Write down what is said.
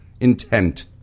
Intent